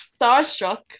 starstruck